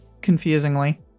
Confusingly